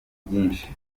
byinshi